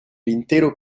l’intero